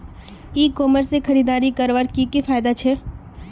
ई commerce से खरीदारी करवार की की फायदा छे?